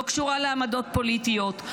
לא קשורה לעמדות פוליטיות,